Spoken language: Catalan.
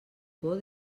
por